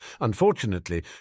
Unfortunately